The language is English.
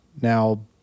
now